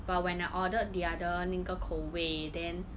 but when I ordered the other 那个口味 then